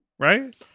Right